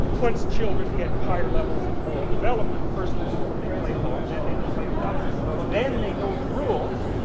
once children hit higher levels of moral development first of all they play alone, then they can play with others, then they know the rules,